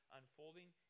unfolding